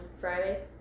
Friday